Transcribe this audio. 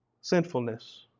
sinfulness